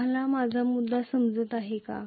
तुला माझा मुद्दा समजत आहे का